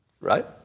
Right